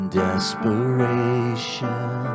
desperation